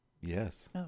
Yes